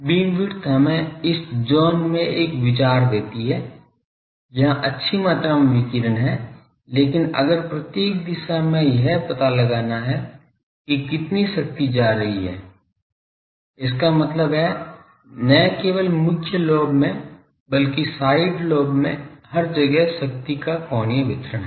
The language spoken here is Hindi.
बीम विड्थ हमें इस जोन में एक विचार देती है यहाँ अच्छी मात्रा में विकिरण हैं लेकिन अगर प्रत्येक दिशा में यह पता लगाना है कि कितनी शक्ति जा रही है इसका मतलब है न केवल मुख्य लोब में बल्कि साइड लोब में हर जगह शक्ति का कोणीय वितरण है